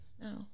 No